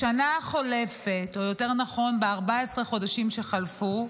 בשנה החולפת, או יותר נכון, ב-14 החודשים שחלפו,